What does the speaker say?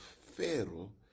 Pharaoh